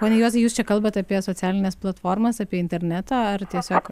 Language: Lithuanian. pone juozai jūs čia kalbat apie socialines platformas apie internetą ar tiesiog